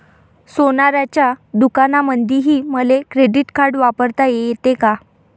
सोनाराच्या दुकानामंधीही मले क्रेडिट कार्ड वापरता येते का?